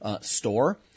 store